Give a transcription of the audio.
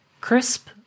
crisp